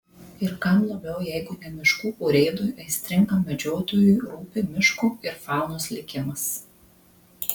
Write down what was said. ir kam labiau jeigu ne miškų urėdui aistringam medžiotojui rūpi miško ir faunos likimas